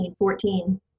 14